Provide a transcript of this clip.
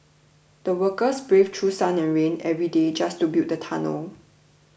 the workers braved through sun and rain every day just to build the tunnel